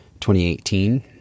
2018